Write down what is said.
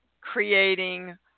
creating